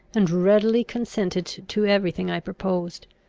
and readily consented to every thing i proposed.